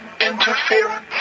interference